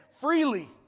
freely